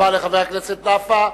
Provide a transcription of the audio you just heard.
תודה רבה לחבר הכנסת נפאע.